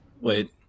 Wait